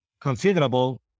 considerable